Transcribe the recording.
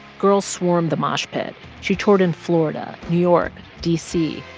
girls swarmed the mosh pit. she toured in florida, new york, d c.